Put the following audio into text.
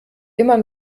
immer